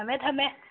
ꯊꯝꯃꯦ ꯊꯝꯃꯦ